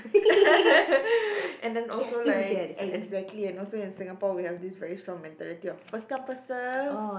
and then also like exactly and also in Singapore we have this very strong mentality of first come first serve